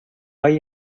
hay